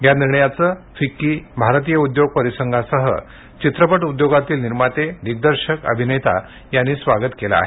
या निर्णयाचं भारतीय उद्योग परिसंघासह चित्रपट उद्योगातील निर्माते दिग्दर्शक अभिनेता यांनी स्वागत केलं आहे